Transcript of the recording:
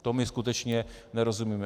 Tomu skutečně nerozumíme.